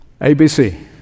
ABC